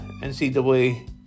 NCAA